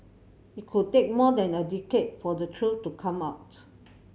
it could take more than a decade for the truth to come out